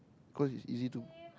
cause is easy to